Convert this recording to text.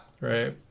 right